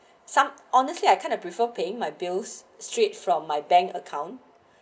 some honestly I kind of prefer paying my bills straight from my bank account